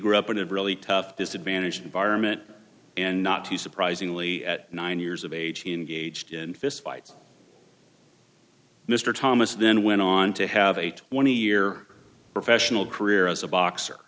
grew up in a really tough disadvantaged environment and not too surprisingly at nine years of age he engaged in fistfights mr thomas then went on to have a twenty year professional career as a